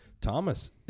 Thomas